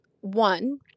one